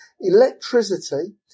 Electricity